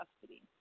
custody